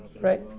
Right